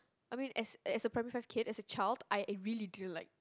I mean as as a primary five kid as a child I really didn't like